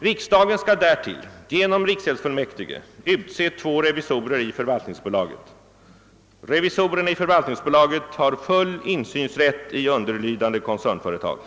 Riksdagen skall därtill genom riksgäldsfullmäktige utse två revisorer i förvaltningsbolaget. Revisorerna i förvaltningsbolaget har full insynsrätt i underlydande koncernföretag.